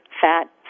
fat